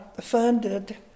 funded